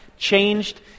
changed